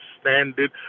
standard